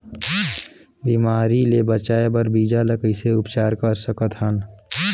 बिमारी ले बचाय बर बीजा ल कइसे उपचार कर सकत हन?